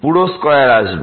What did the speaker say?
পুরো স্কয়ার আসবে